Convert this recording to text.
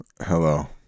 Hello